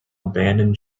abandoned